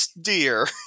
dear